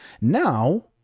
Now